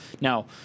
Now